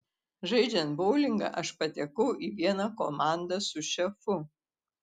žaidžiant boulingą aš patekau į vieną komandą su šefu